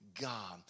God